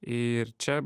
ir čia